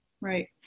Right